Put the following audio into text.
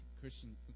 Christian